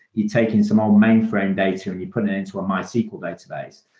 you're taking some um mainframe data and you're putting it into mysql database.